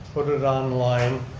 put it online,